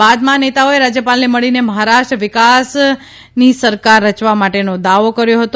બાદમાં આ નેતાઓએ રાજયપાલને મળીને મહારાષ્ટ્ર વિકાસ અઘાડીની સરકાર રચવા માટેનો દાવો કર્યો હતો